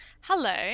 Hello